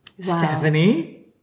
Stephanie